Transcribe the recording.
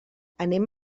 anem